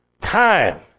time